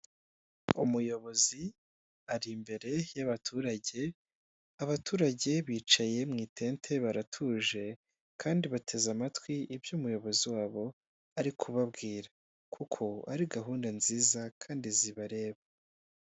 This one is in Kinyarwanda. Umuyobozi ari imbere y'abaturage. Abaturage bicaye mu itente baratuje kandi bateze amatwi ibyo umuyobozi wabo ari kubabwira; kuko ari gahunda nziza kandi zibareba.